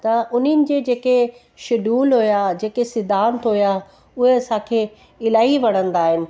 त उन्हनि जे जेके शुड्यूल हुआ जेके सिद्धांत हुआ उहे असांखे इलाही वणंदा आहिनि